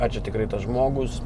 ar čia tikrai tas žmogus